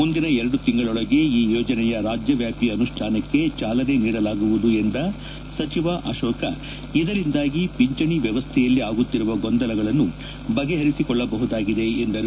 ಮುಂದಿನ ಎರಡು ತಿಂಗಳೊಳಗೆ ಈ ಯೋಜನೆಯ ರಾಜ್ಯವ್ಲಾಪಿ ಅನುಷ್ಣಾನಕ್ಕೆ ಚಾಲನೆ ನೀಡಲಾಗುವುದು ಎಂದ ಸಚಿವ ಅಶೋಕ ಇದರಿಂದಾಗಿ ಪಿಂಚಣಿ ವ್ಯವಸ್ಥೆಯಲ್ಲಿ ಆಗುತ್ತಿರುವ ಗೊಂದಲಗಳನ್ನು ಬಗೆಹರಿಸಿಕೊಳ್ಳಬಹುದಾಗಿದೆ ಎಂದರು